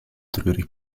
treurig